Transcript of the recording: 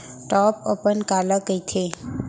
Top अपन काला कहिथे?